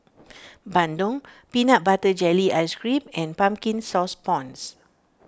Bandung Peanut Butter Jelly Ice Cream and Pumpkin Sauce Prawns